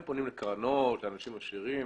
הם פונים לקרנות, לאנשים הם אנשים ישרים.